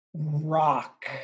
Rock